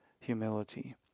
humility